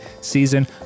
season